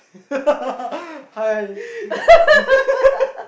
hi